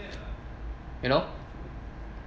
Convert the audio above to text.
you know